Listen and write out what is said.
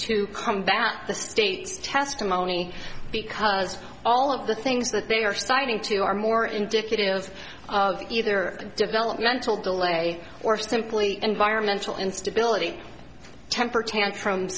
to combat the state's testimony because all of the things that they are starting to are more indicative of either a developmental delay or simply environmental instability temper tantrum